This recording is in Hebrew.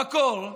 במקור,